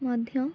ମଧ୍ୟ